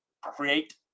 create